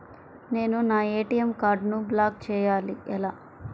నేను నా ఏ.టీ.ఎం కార్డ్ను బ్లాక్ చేయాలి ఎలా?